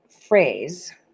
phrase